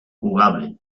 jugable